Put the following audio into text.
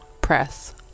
press